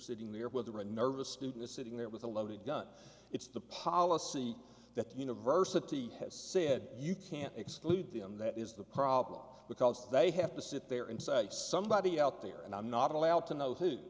sitting there with the right nervous student sitting there with a loaded gun it's the policy that the university has said you can't exclude them that is the problem because they have to sit there and say somebody out there and i'm not allowed to know